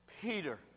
Peter